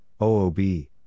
OOB